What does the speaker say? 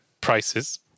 prices